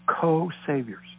co-saviors